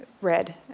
red